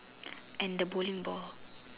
and the bowling ball